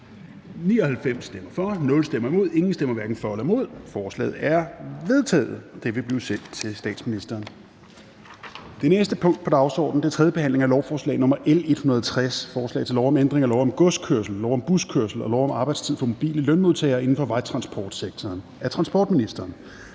Østerby (UFG)), imod stemte 0, hverken for eller imod stemte 0. Forslaget er enstemmigt vedtaget og vil blive sendt til statsministeren. --- Det næste punkt på dagsordenen er: 2) 3. behandling af lovforslag nr. L 160: Forslag til lov om ændring af lov om godskørsel, lov om buskørsel og lov om arbejdstid for mobile lønmodtagere inden for vejtransportsektoren. (Kontrol